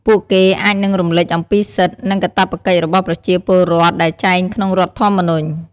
ពួកគេអាចនឹងរំលេចអំពីសិទ្ធិ និងកាតព្វកិច្ចរបស់ប្រជាពលរដ្ឋដែលចែងក្នុងរដ្ឋធម្មនុញ្ញ។